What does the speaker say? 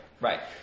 Right